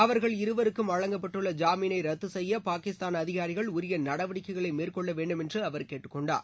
அவர்கள் இருவருக்கும் வழங்கப்பட்டுள்ள ஜாமீனை ரத்து செய்ய பாகிஸ்தான் அதிகாரிகள் உரிய நடவடிக்கைகளை மேற்கொள்ள வேண்டும் என்று அவர் கேட்டுக்கொண்டார்